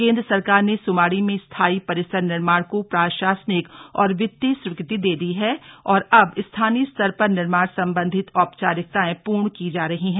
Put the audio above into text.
केंद्र सरकार ने सुमाड़ी में स्थायी परिसर निर्माण को प्रशासनिक और वित्तीय स्वीकृति दे दी है और अब स्थानीय स्तर पर निर्माण संबंधी औपचारिकताएं पूर्ण की जा रही हैं